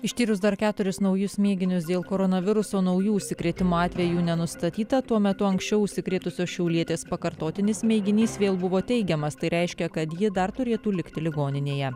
ištyrus dar keturis naujus mėginius dėl koronaviruso naujų užsikrėtimo atvejų nenustatyta tuo metu anksčiau užsikrėtusios šiaulietės pakartotinis mėginys vėl buvo teigiamas tai reiškia kad ji dar turėtų likti ligoninėje